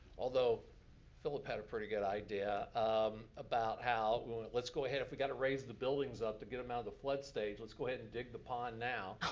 although phillip had a pretty good idea um about how, and let's go ahead, if we gotta raise the buildings up to get em out of the flood stage, let's go ahead and dig the pond now,